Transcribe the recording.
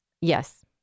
yes